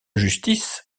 justice